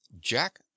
jack